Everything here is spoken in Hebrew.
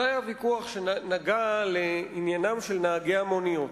זה היה ויכוח שנגע לעניינם של נהגי המוניות.